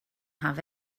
have